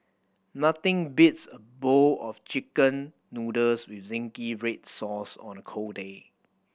nothing beats a bowl of Chicken Noodles with zingy red sauce on a cold day